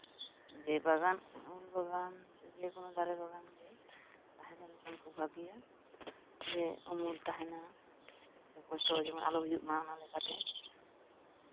ᱡᱮ ᱵᱟᱜᱟᱱ ᱩᱞ ᱵᱟᱜᱟᱱ ᱥᱮ ᱡᱮ ᱠᱚᱱᱳ ᱫᱟᱨᱮ ᱵᱟᱜᱟᱱ ᱜᱮ ᱛᱟᱦᱮᱸ ᱞᱮᱱᱠᱷᱟᱱ ᱠᱷᱩᱵ ᱵᱷᱟᱹᱜᱤᱭᱟ ᱡᱮ ᱩᱢᱩᱞ ᱛᱟᱦᱮᱱᱟ ᱥᱮ ᱠᱚᱥᱴᱚ ᱡᱮᱢᱚᱱ ᱟᱞᱚ ᱦᱩᱭᱩᱜ ᱢᱟ ᱚᱱᱟ ᱞᱮᱠᱟᱛᱮ